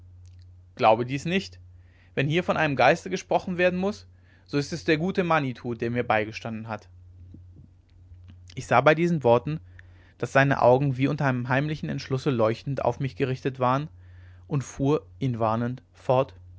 glaube dies nicht wenn hier von einem geiste gesprochen werden muß so ist es der gute manitou der mir beigestanden hat ich sah bei diesen worten daß seine augen wie unter einem heimlichen entschlusse leuchtend auf mich gerichtet waren und fuhr ihn warnend fort